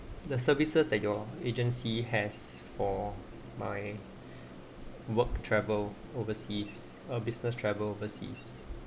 the services that your agency has for my work travel overseas or business travel overseas